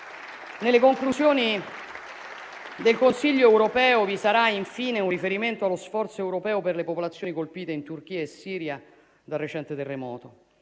Nelle conclusioni del Consiglio europeo vi sarà, infine, un riferimento allo sforzo europeo per le popolazioni colpite in Turchia e Siria dal recente terremoto.